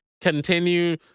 continue